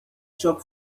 shop